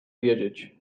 wiedzieć